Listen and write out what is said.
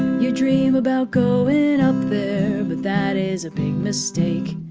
you dream about going up there, but that is a big mistake.